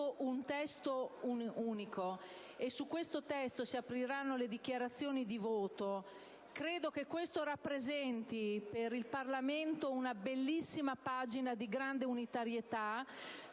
un testo unitario, al quale si riferiranno le dichiarazioni di voto. Credo che ciò rappresenti per il Parlamento una bellissima pagina di grande unitarietà